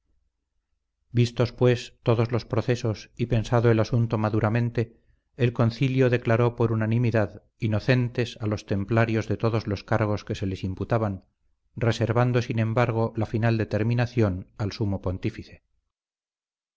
vistos pues todos los procesos y pensado el asunto maduramente el concilio declaró por unanimidad inocentes a los templarios de todos los cargos que se les imputaban reservando sin embargo la final determinación al sumo pontífice